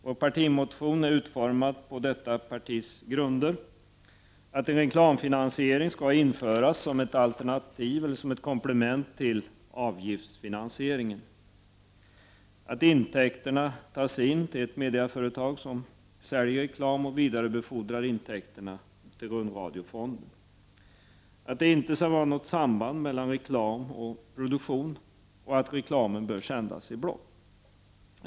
Vår partimotion är utformad enligt dessa grunder; att en reklamfinansiering skall införas som ett alternativ eller som ett komplement till avgiftsfinansieringen, att intäkterna tas in till ett mediaföretag som säljer reklam och vidarebefordrar intäkterna till rundradiofonden, att det inte skall vara något samband mellan reklam och produktion och att reklamen bör sändas i block.